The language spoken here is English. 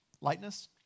Lightness